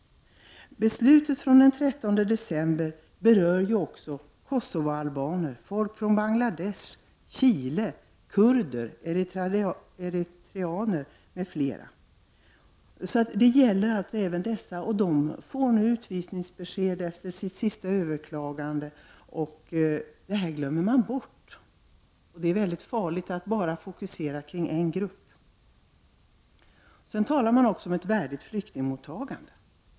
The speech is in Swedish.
Beslutet från den 13 december berör ju också kosovoalbaner, människor från Bangladesh och från Chile; det berör kurder och eritrianer m.fl. De får nu utvisningsbesked efter sina överklaganden, men detta glöms bort. Det är farligt att fokusera intresset kring en enda grupp människor. Det talas om ett värdigt flyktingmottagande.